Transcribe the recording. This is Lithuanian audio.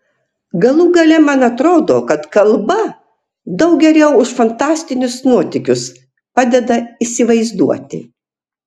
galų gale man atrodo kad kalba daug geriau už fantastinius nuotykius padeda įsivaizduoti